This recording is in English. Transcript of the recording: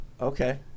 Okay